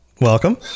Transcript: Welcome